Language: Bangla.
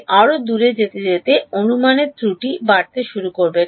আমি আরও দূরে যেতে যেতে অনুমানের ত্রুটি বাড়তে শুরু করবে